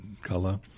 color